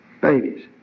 babies